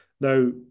Now